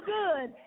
good